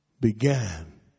began